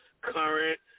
current